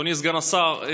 אדוני סגן השר,